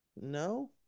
no